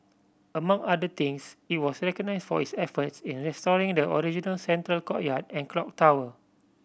among other things it was recognised for its efforts in restoring the original central courtyard and clock tower